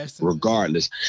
regardless